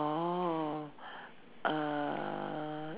orh err